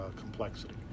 complexity